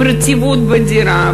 עם רטיבות בדירה,